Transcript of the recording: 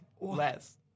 less